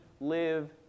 live